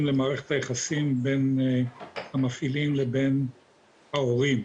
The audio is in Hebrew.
למערכת היחסים בין המפעילים לבין ההורים.